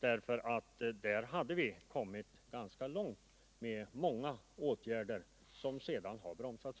Den tidigare regeringen hade kommit ganska långt med många åtgärder som sedan har bromsats.